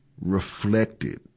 reflected